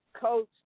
coach